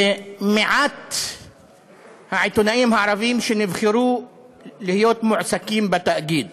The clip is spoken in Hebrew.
ומעט העיתונאים הערבים שנבחרו להיות מועסקים בתאגיד.